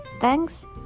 thanks